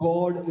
God